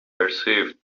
perceived